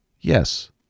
Yes